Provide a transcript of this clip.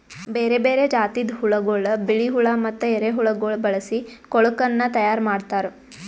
ಬೇರೆ ಬೇರೆ ಜಾತಿದ್ ಹುಳಗೊಳ್, ಬಿಳಿ ಹುಳ ಮತ್ತ ಎರೆಹುಳಗೊಳ್ ಬಳಸಿ ಕೊಳುಕನ್ನ ತೈಯಾರ್ ಮಾಡ್ತಾರ್